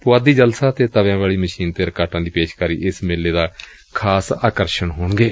ਪੁਆਧੀ ਜਲਸਾ ਅਤੇ ਤਵਿਆਂ ਵਾਲੀ ਮਸ਼ੀਨ ਤੇ ਰਕਾਟਾਂ ਦੀ ਪੇਸ਼ਕਾਰੀ ਇਸ ਮੇਲੇ ਦਾ ਖ਼ਾਸ ਆਕਰਸ਼ਣ ਹੋਣਗੇ